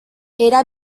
era